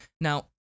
Now